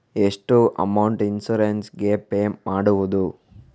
ಎಷ್ಟು amount insurance ಗೇ pay ಮಾಡುವುದು?